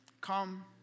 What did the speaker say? come